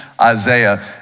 Isaiah